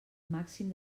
màxim